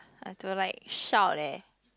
I to like shout leh